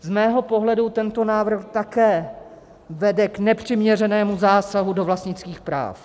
Z mého pohledu tento návrh také vede k nepřiměřenému zásahu do vlastnických práv.